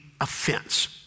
offense